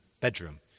bedroom